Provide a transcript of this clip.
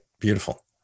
Beautiful